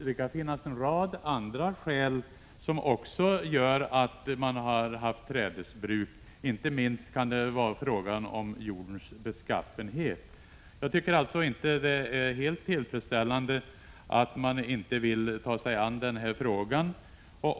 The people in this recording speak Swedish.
Det kan också finnas en rad andra skäl till att man har haft trädesbruk. Det kan inte minst vara föranlett av jordens beskaffenhet. Jag tycker alltså att det inte är helt tillfredsställande att regeringen inte vill ta sig an den här frågan.